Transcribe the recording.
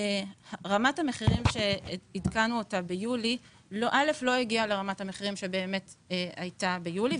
רמת המחירים שעדכנו ביולי לא הגיעה לרמת המחירים שבאמת הייתה ביולי,